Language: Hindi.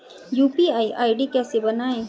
यू.पी.आई आई.डी कैसे बनाएं?